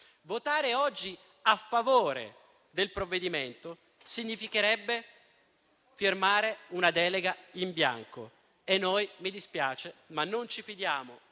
Votare oggi a favore del provvedimento significherebbe firmare una delega in bianco e noi, mi dispiace, ma non ci fidiamo